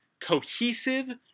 cohesive